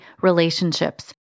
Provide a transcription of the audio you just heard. relationships